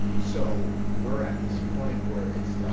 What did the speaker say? so, we're at this point where it's